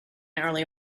early